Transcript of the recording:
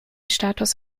status